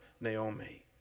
Naomi